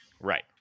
Right